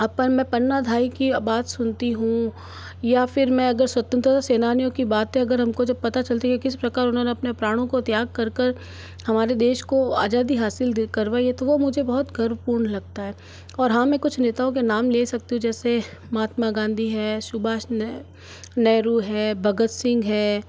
अपन में पन्नाधाय की बात सुनती हूँ या फिर मैं अगर स्वतंत्रता सेनानियों की बातें अगर हमको जब पता चलती है किस प्रकार उन्होंने अपने प्राणों को त्याग कर कर हमारे देश को आजादी हासिल दे करवाइए तो वो मुझे बहुत गर्वपूर्ण लगता है और हाँ मैं कुछ नेताओं के नाम ले सकती हूँ जैसे महात्मा गांधी है सुभाष नेहरू है भगत सिंह है